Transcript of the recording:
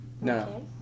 No